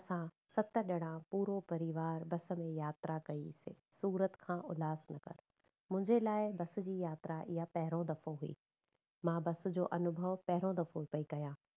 असां सत ॼणा पूरो परिवार बस में यात्रा कईसीं सूरत खां उल्हास नगर मुंहिंजे लाइ बस जी यात्रा ईहा पहिरों दफ़ो हुई मां बस जो अनुभव पहरों दफ़ो पई कयां